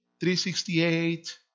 368